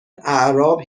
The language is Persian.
اعراب